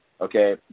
okay